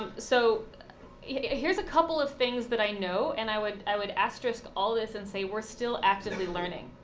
um so yeah here's a couple of things that i know, and i would i would asterisk all this and say we're still actively learning.